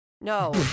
No